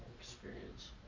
Experience